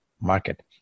market